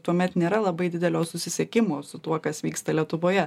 tuomet nėra labai didelio susisiekimo su tuo kas vyksta lietuvoje